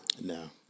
No